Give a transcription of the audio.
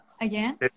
again